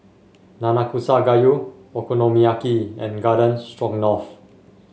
Nanakusa Gayu Okonomiyaki and Garden Stroganoff